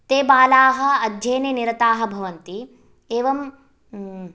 ते बालाः अध्ययने निरताः भवन्ति एवं